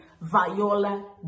Viola